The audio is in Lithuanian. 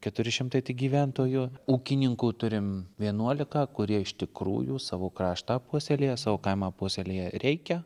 keturi šimtai gyventojų ūkininkų turim vienuolika kurie iš tikrųjų savo kraštą puoselėja savo kaimą puoselėja reikia